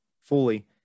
fully